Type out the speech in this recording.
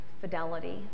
fidelity